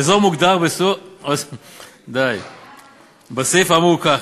"אזור" מוגדר בסעיף האמור כך,